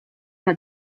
alla